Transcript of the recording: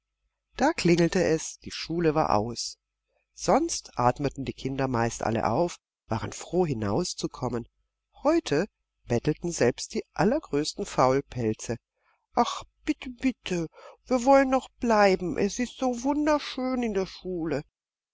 da klingelte es die schule war aus sonst atmeten die kinder meist alle auf waren froh hinauszukommen heute bettelten selbst die allergrößten faulpelze ach bitte bitte wir wollen noch bleiben es ist so wunderschön in der schule